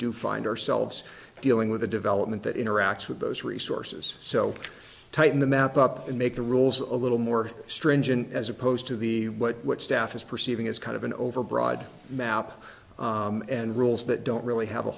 do find ourselves dealing with a development that interacts with those resources so tight in the map up and make the rules a little more stringent as opposed to the what what staff is perceiving as kind of an overbroad map and rules that don't really have a